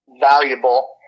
valuable